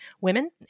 women